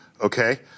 okay